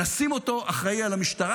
נשים אותו אחראי על המשטרה,